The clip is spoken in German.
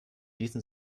ließen